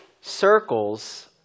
Circles